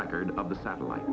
record of the satellite